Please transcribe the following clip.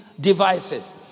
devices